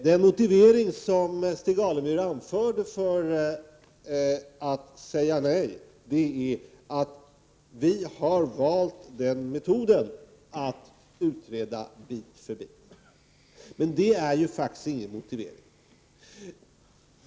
Den motivering som Stig Alemyr anför för att säga nej är: ”Vi har valt metoden att utreda bit för bit.” Men det är faktiskt ingen motivering.